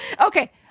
Okay